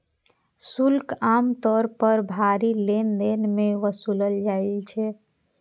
शुल्क आम तौर पर भारी लेनदेन मे वसूलल जाइ छै